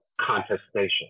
contestation